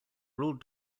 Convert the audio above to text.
ruled